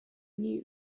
knew